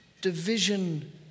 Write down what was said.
division